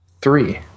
Three